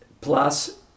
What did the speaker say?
plus